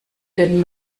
den